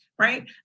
Right